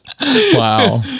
wow